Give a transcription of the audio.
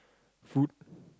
food